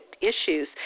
issues